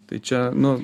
tai čia nu